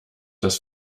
das